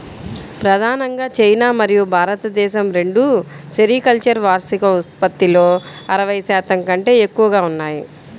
ప్రధానంగా చైనా మరియు భారతదేశం రెండూ సెరికల్చర్ వార్షిక ఉత్పత్తిలో అరవై శాతం కంటే ఎక్కువగా ఉన్నాయి